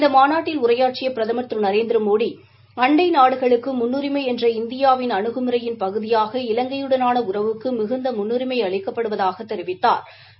இந்த மாநாட்டில் உரையாற்றிய பிரதமர் திரு நரேந்திரமோடி அண்டை நாடுகளுகளுக்கு முன்னுரிமை என்ற இந்தியாவிள் அனுகுமுறையின் பகுதியாக இலங்கையுடனான உறவுக்கு மிகுந்த முன்னுரிமை அளிக்கப்படுவதாக தெரிவித்தாா்